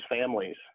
families